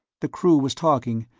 the crew was talking,